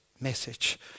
message